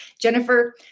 Jennifer